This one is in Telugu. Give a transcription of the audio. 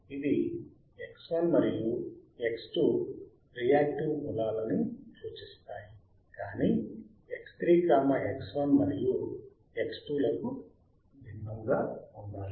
ఇది X1 మరియు X2 రియాక్టివ్ మూలలాను అని సూచిస్తాయి కానీ X3 X1 మరియు X2 లకు భిన్నంగా ఉండాలి